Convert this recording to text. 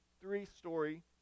three-story